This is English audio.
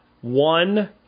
one